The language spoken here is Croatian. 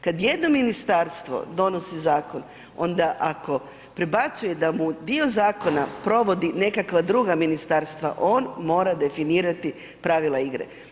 Kad jedno ministarstvo donosi zakon onda ako prebacuje da mu dio zakona provodi nekakva druga ministarstva, on mora definirati pravila igre.